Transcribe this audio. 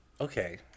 Okay